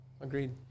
Agreed